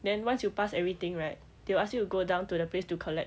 then once you pass everything right they will ask you to go down to the place to collect